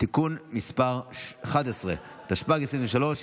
(תיקון מס' 66), התשפ"ג 2023,